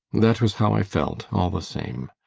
that was how i felt, all the same.